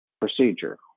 procedure